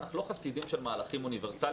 אנחנו לא חסידים של מהלכים אוניברסליים,